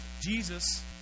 Jesus